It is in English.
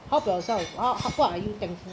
how about yourself ah what are you thankful